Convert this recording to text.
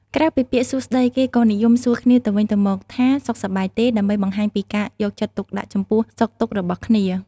ក្រៅពីពាក្យ “សួស្ដី” គេក៏និយមសួរគ្នាទៅវិញទៅមកថា “សុខសប្បាយទេ?” ដើម្បីបង្ហាញពីការយកចិត្តទុកដាក់ចំពោះសុខទុក្ខរបស់គ្នា។